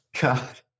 God